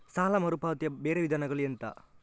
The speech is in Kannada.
ಸಾಲ ಮರುಪಾವತಿಯ ಬೇರೆ ವಿಧಾನಗಳು ಎಂತ?